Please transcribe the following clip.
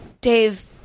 Dave